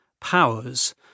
powers